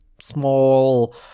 small